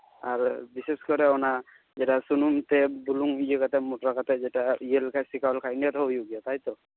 ᱟᱨ ᱵᱤᱥᱮᱥ ᱠᱚᱨᱮ ᱚᱱᱟ ᱡᱮᱴᱟ ᱥᱩᱱᱩᱢᱛᱮ ᱵᱩᱞᱩᱝ ᱤᱭᱟᱹ ᱠᱟᱛᱮ ᱢᱚᱴᱨᱟᱣ ᱠᱟᱛᱮ ᱡᱮᱴᱟ ᱤᱭᱟᱹ ᱞᱮᱠᱟ ᱥᱮᱠᱟᱣ ᱞᱮᱠᱷᱟᱡ ᱤᱱᱟᱹ ᱨᱮᱦᱚᱸ ᱦᱩᱭᱩᱜ ᱜᱮᱭᱟ ᱛᱟᱭ ᱛᱚ